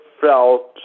felt